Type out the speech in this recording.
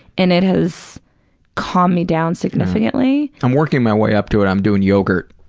and it has calmed me down significantly. i'm working my way up to it. i'm doing yogurt.